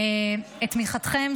את תמיכתכם,